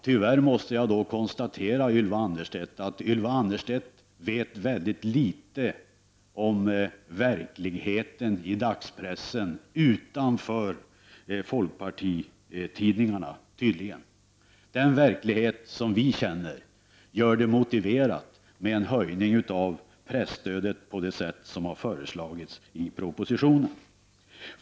Tyvärr måste jag konstatera att Ylva Annerstedt vet väldigt litet om verkligheten i dagspressen utanför folkpartitidningarna. Den verklighet som vi känner gör det motiverat med en höjning av presstödet på det sätt som har föreslagits i propositionen.